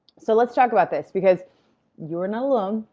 so let's talk about this, because you are not alone.